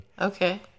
Okay